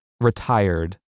retired